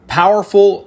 powerful